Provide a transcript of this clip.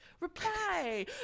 Reply